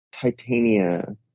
Titania